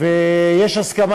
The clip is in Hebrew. ויש הסכמה.